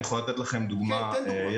לדוגמה,